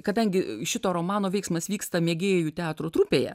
kadangi šito romano veiksmas vyksta mėgėjų teatro trupėje